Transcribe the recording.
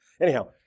Anyhow